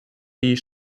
die